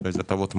באיזה הטבות מס,